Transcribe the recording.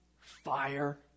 fire